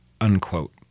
unquote